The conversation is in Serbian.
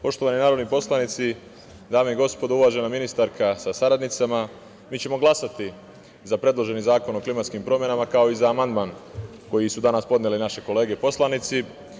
Poštovani narodni poslanici, dame i gospodo, uvažena ministarka sa saradnicima, mi ćemo glasati za predloženi Zakon o klimatskim promenama, kao i za amandman koji su danas podnele naše kolege poslanici.